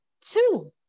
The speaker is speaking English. Two